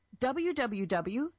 www